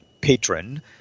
patron